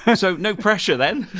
yeah so, no pressure then!